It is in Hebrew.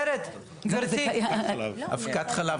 אבקת חלב.